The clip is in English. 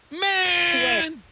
Man